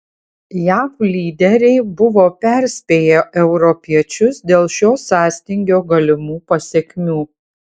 jav lyderiai buvo perspėję europiečius dėl šio sąstingio galimų pasekmių